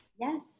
Yes